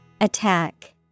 Attack